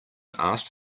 asked